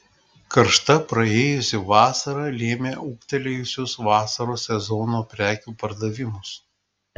karšta praėjusi vasara lėmė ūgtelėjusius vasaros sezono prekių pardavimus